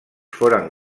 foren